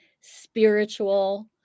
spiritual